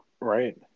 Right